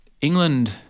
England